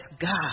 God